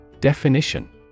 Definition